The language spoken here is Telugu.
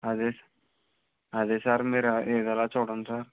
అదే సార్ అదే సార్ మీరు ఏదోల చూడండి సార్